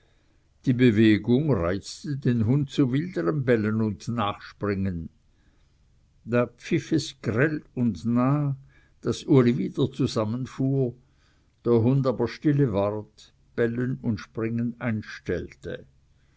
die bewegung reizte den hund zu wilderem bellen und nachspringen da pfiff es grell und nah daß uli wieder zusammenfuhr der hund aber stille ward bellen und springen einstellte